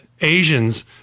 Asians